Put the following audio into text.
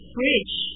bridge